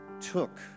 took